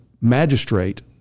magistrate